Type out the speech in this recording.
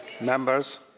Members